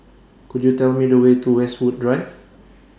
Could YOU Tell Me The Way to Westwood Drive